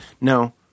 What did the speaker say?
No